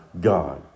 God